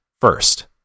first